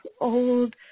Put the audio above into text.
old